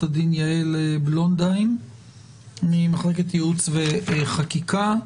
יעל בלונדהיים ממחלקת ייעוץ וחקיקה,